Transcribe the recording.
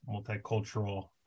multicultural